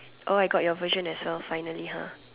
oh I got your version as well finally ha